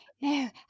no